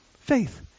faith